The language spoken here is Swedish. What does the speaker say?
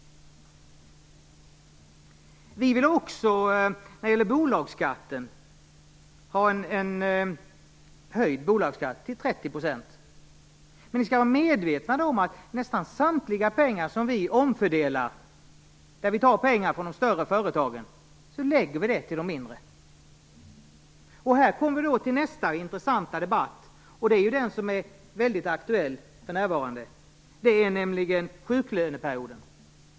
Vi vill också höja bolagsskatten till 30 %. Ni skall vara medvetna om att nästan samtliga de pengar vi omfördelar - vi tar pengar från de större företagen - läggs på de mindre företagen. Här kommer vi till nästa intressanta debatt. Den är väldigt aktuell för närvarande. Det gäller sjuklöneperioden.